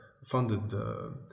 funded